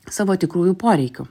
savo tikrųjų poreikių